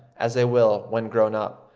as they will, when grown up,